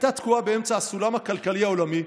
הייתה תקועה באמצע הסולם הכלכלי העולמי,